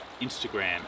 Instagram